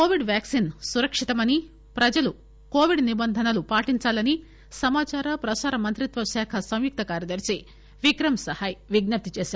Covid vaccine సురక్షితమని ప్రజలు Covid నిబంధనలు పాటించాలని సమాచార ప్రసార మంత్రిత్వశాఖ సంయుక్త కార్యదర్శి విక్రమ్ సహాయ్ విజ్ఞప్తి చేశారు